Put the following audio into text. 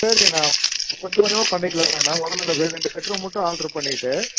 சரிங்க நான் கொஞ்ச கொஞ்சமாக பண்ணிக்கலாங்கண்ணா முதல்ல இந்த ரெண்டு பெட்ரூம் மட்டும் ஆல்ட்ரு பண்ணிவிட்டு